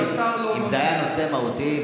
אם זה היה נושא מהותי,